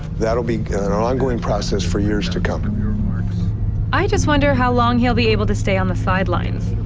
that'll be an ongoing process for years to come. and munn ah i just wonder how long he'll be able to stay on the sidelines.